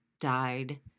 died